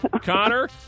Connor